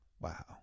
Wow